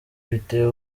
biteye